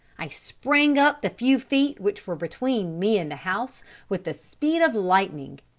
i sprang up the few feet which were between me and the house with the speed of lightning,